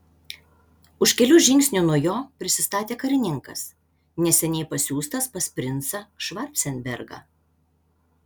už kelių žingsnių nuo jo prisistatė karininkas neseniai pasiųstas pas princą švarcenbergą